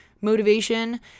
motivation